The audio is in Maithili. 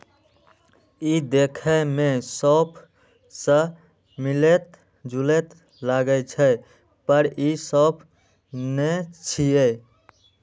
ई देखै मे सौंफ सं मिलैत जुलैत लागै छै, पर ई सौंफ नै छियै